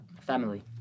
family